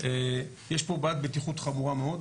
יש פה בעיית בטיחות חמורה מאוד.